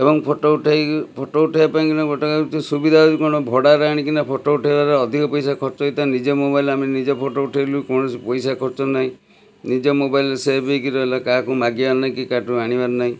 ଏବଂ ଫଟୋ ଉଠେଇକି ଫଟୋ ଉଠେଇବା ପାଇଁକିନା ଗୋଟେ ହଉଚି ସୁବିଧା ହେଉଚି କ'ଣ ଭଡ଼ାରେ ଆଣିକିନା ଫଟୋ ଉଠାଇବାରେ ଅଧିକ ପଇସା ଖର୍ଚ୍ଚ ହେଇଥାଏ ନିଜ ମୋବାଇଲ୍ରେ ଆମେ ନିଜେ ଫଟୋ ଉଠାଇଲୁ କୌଣସି ପଇସା ଖର୍ଚ୍ଚ ନାହିଁ ନିଜ ମୋବାଇଲ୍ ସେଭ୍ ହେଇକି ରହିଲା କାହାକୁ ମାଗିବାର ନାହିଁ କାହାଠୁ ଆଣିବାର ନାହିଁ